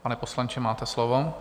Pane poslanče, máte slovo.